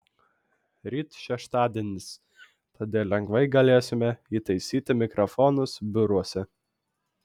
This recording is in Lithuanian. ryt šeštadienis todėl lengvai galėsime įtaisyti mikrofonus biuruose